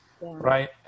Right